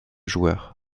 joueur